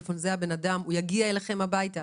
כולל טלפון ושם של בן אדם שיגיע אליהם הביתה?